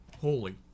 Holy